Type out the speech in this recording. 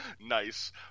Nice